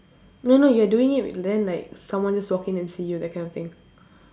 no no you are doing it with then like someone just walk in and see you that kind of thing